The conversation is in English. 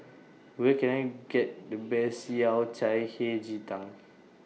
Where Can I get The Best Yao Cai Hei Ji Tang